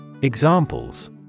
Examples